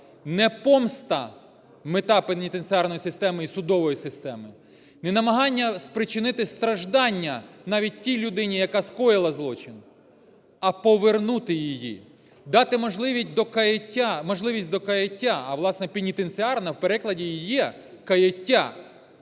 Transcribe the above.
не помста – мета пенітенціарної системи і судової системи, не намагання спричинити страждання навіть тій людині, яка скоїла злочин, а повернути її, дати можливість до каяття, а, власне, "пенітенціарна" в перекладі і є "каяття".